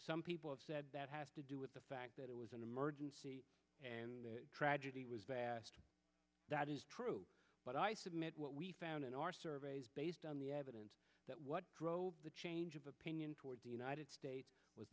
some people have said that has to do with the fact that it was an emergency and the tragedy was vast that is true but i submit what we found in our surveys based on the evidence that what drove the change of opinion towards the united states w